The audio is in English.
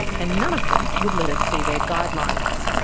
and none of them would let us see their guidelines.